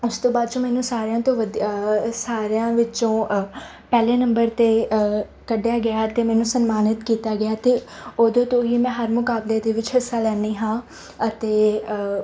ਉਸ ਤੋਂ ਬਾਅਦ 'ਚ ਮੈਨੂੰ ਸਾਰਿਆਂ ਤੋਂ ਵਧੀਆ ਸਾਰਿਆਂ ਵਿੱਚੋਂ ਪਹਿਲੇ ਨੰਬਰ 'ਤੇ ਕੱਢਿਆ ਗਿਆ ਅਤੇ ਮੈਨੂੰ ਸਨਮਾਨਿਤ ਕੀਤਾ ਗਿਆ ਅਤੇ ਉਦੋਂ ਤੋਂ ਹੀ ਮੈਂ ਹਰ ਮੁਕਾਬਲੇ ਦੇ ਵਿੱਚ ਹਿੱਸਾ ਲੈਂਦੀ ਹਾਂ ਅਤੇ